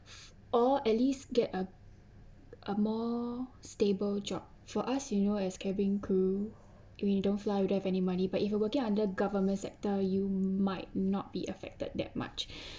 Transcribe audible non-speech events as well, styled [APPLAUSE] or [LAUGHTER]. or at least get a a more stable job for us you know as cabin crew if we don't fly we don't have any money but if you are working under government sector you might not be affected that much [BREATH]